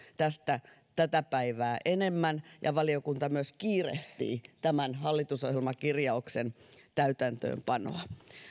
siitä tätä päivää enemmän valiokunta myös kiirehtii tämän hallitusohjelmakirjauksen täytäntöönpanoa